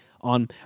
on